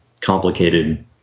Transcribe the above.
complicated